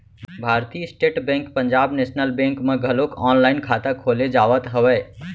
भारतीय State Bank Punjab National Bank म घलोक ऑनलाईन खाता खोले जावत हवय